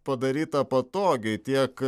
padaryta patogiai tiek